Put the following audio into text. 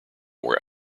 were